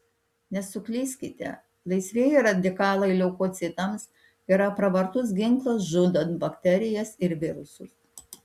nesuklyskite laisvieji radikalai leukocitams yra pravartus ginklas žudant bakterijas ir virusus